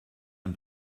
ein